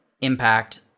impact